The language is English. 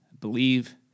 believe